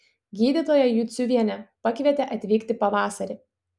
gydytoja juciuvienė pakvietė atvykti pavasarį